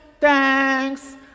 Thanks